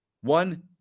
One